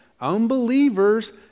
unbelievers